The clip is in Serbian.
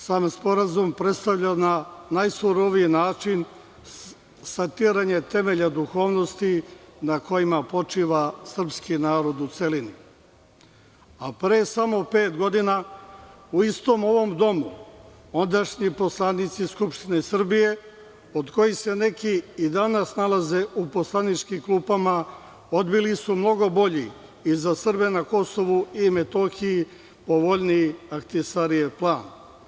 Sam sporazum predstavlja na najsuroviji način satiranje temelja duhovnosti na kojima počiva srpski narod u celini, a pre samo pet godina, u istom ovom domu, ondašnji poslanici Skupštine Srbije, od kojih se neki i danas nalaze u poslaničkim klupama, odbili su mnogo bolji i za Srbe na Kosovu i Metohiji povoljniji Ahtisarijev plan.